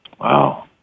Wow